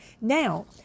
Now